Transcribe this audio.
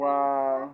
Wow